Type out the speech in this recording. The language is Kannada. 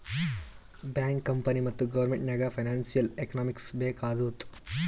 ಬ್ಯಾಂಕ್, ಕಂಪನಿ ಮತ್ತ ಗೌರ್ಮೆಂಟ್ ನಾಗ್ ಫೈನಾನ್ಸಿಯಲ್ ಎಕನಾಮಿಕ್ಸ್ ಬೇಕ್ ಆತ್ತುದ್